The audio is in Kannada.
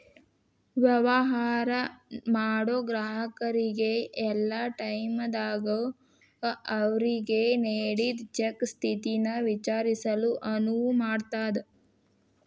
ವ್ಯವಹಾರ ಮಾಡೋ ಗ್ರಾಹಕರಿಗೆ ಯಲ್ಲಾ ಟೈಮದಾಗೂ ಅವ್ರಿಗೆ ನೇಡಿದ್ ಚೆಕ್ ಸ್ಥಿತಿನ ವಿಚಾರಿಸಲು ಅನುವು ಮಾಡ್ತದ್